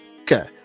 okay